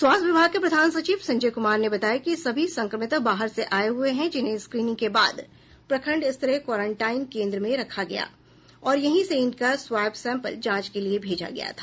स्वास्थ्य विभाग के प्रधान सचिव संजय कुमार ने बताया कि सभी संक्रमित बाहर से आए हुए हैं जिन्हें स्क्रीनिंग के बाद प्रखंड स्तरीय क्वारंटाइन केंद्र में रखा गया और यहीं से इनका स्वाब सैंपल जांच के लिए भेजा गया था